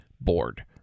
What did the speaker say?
board